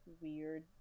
weird